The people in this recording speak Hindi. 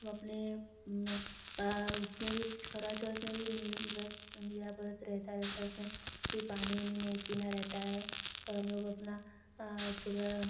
हम अपने उसमें भी कुछ करवा चौथ में भी निर व्रत निरा व्रत रहता रहता उसमें भी पानी उनी नहीं पीना रहता है और हमलोग अपना सुबह